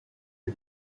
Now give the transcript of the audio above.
les